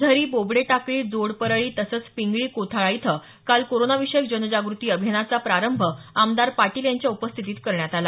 झरी बोबडे टाकळी जोड परळी तसंच पिंगळी कोथाळा इथं काल कोरोना विषयक जनजागृती अभियानाचा प्रारंभ आमदार पाटील यांच्या उपस्थितीत करण्यात आला